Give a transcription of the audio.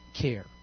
care